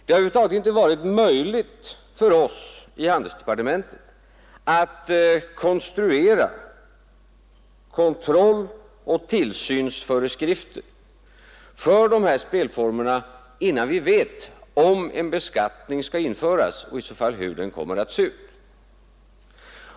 Det har över huvud taget inte varit möjligt för oss i handelsdepartementet att konstruera kontrolloch tillsynsföreskrifter för de här spelformerna innan vi vet om en beskattning skall införas och i så fall hur den kommer att se ut.